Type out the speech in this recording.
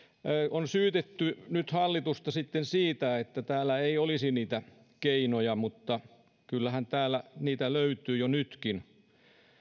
on syytetty nyt hallitusta sitten siitä että täällä ei olisi niitä keinoja mutta kyllähän täältä niitä löytyy jo nytkin